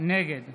נגד